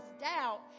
doubt